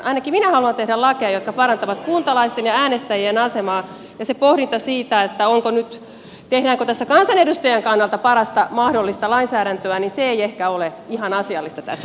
ainakin minä haluan tehdä lakeja jotka parantavat kuntalaisten ja äänestäjien asemaa ja se pohdinta siitä tehdäänkö tässä kansanedustajan kannalta parasta mahdollista lainsäädäntöä ei ehkä ole ihan asiallista tässä tilanteessa